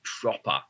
proper